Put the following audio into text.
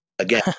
Again